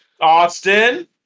Austin